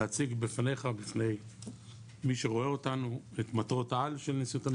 להציג בפניך ובפני מי שרואה אותנו את מטרות העל של נשיאות המגזר העסקי.